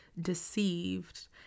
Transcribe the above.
deceived